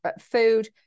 food